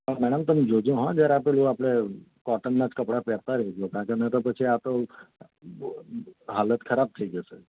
પણ મેડમ તમે જોજો હોં જરા પેલું આપણે કોટનનાં જ કપડાં પહેરતાં રહેજો કારણ કે નહીં તો પછી આ તો હાલત ખરાબ થઇ જશે